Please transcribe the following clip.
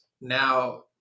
now